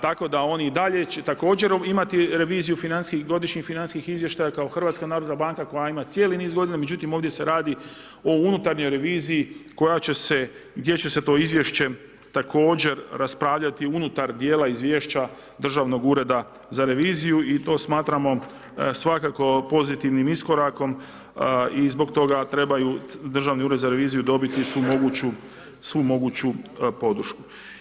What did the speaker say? Tako da oni i dalje će također imati reviziju financijskih, godišnjih financijskih izvještaja kao HNB koja ima cijeli niz godina, međutim, ovdje se radi o unutarnjoj reviziji koja će se, gdje će se to izvješće također raspravljati unutar dijela izvješća Državnog ureda za reviziju i to smatramo svakako pozitivnim iskorakom i zbog toga trebaju, Državni ured za reviziju dobiti svu moguću podršku.